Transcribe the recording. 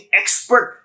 expert